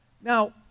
Now